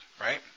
right